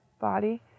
body